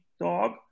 dog